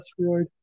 asteroid